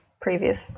previous